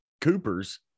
Cooper's